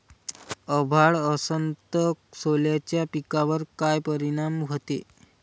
अभाळ असन तं सोल्याच्या पिकावर काय परिनाम व्हते?